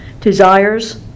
desires